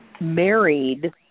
married